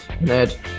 Ned